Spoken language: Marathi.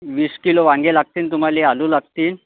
वीस किलो वांगे लागतील तुम्हाला आलू लागतील